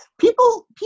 People